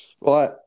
Right